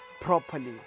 properly